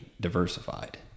diversified